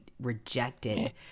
rejected